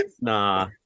nah